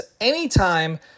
anytime